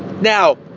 Now